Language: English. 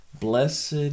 blessed